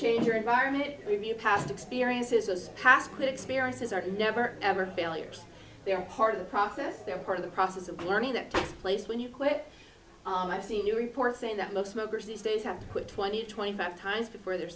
change your environment and review past experiences was past experiences are never ever failures they are part of the process they're part of the process of learning that takes place when you quit i've seen reports saying that look smokers these days have to quit twenty twenty five times before they're